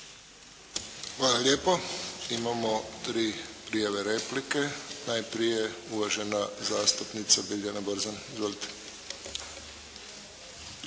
Hvala lijepo. Imamo tri prijave replike. Najprije uvažena zastupnica Biljana Borzan. Izvolite.